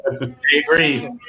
agree